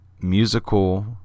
musical